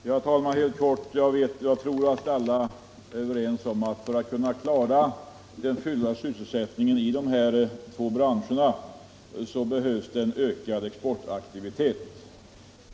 Herr talman! Jag tror att alla är överens om att för att kunna klara den fulla sysselsättningen i de här två branscherna behövs det en ökad exportaktivitet.